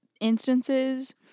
instances